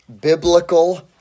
biblical